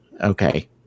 Okay